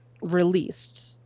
released